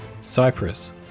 Cyprus